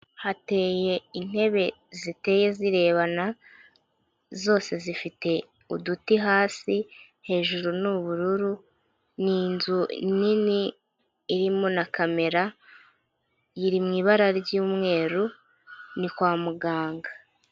Hateye intebe, ziteye zirebana zose zifite uduti hasi, hejuru ni ubururu, ni inzu nini irimo na kamera, iri mu ibara ry'umweru, ni kwa muganga.